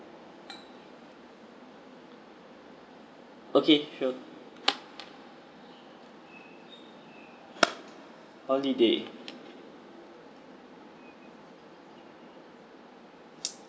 okay sure holiday